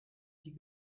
die